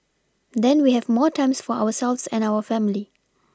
then we have more time for ourselves and our family